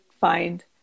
find